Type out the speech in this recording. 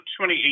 2018